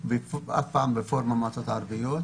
אף פעם לא השתתפתי בוועד הרשויות המקומיות הערביות,